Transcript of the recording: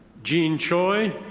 gene choi.